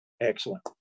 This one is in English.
Excellent